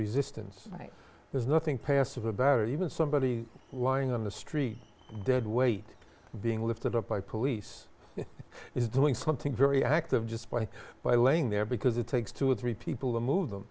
resistance there's nothing pairs of a bird even somebody lying on the street dead weight being lifted up by police is doing something very active just by by laying there because it takes two or three people to move them